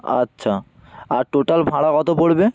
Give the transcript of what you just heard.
আচ্ছা আর টোটাল ভাড়া কত পড়বে